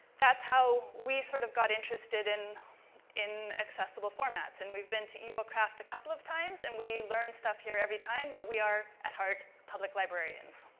that's how we sort of got interested in in accessible formats. and we've been to ebookcraft a couple of times and we learn stuff here every time, but we are, at heart, public librarians.